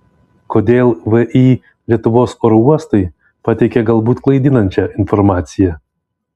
kodėl vį lietuvos oro uostai pateikė galbūt klaidinančią informaciją